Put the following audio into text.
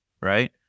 right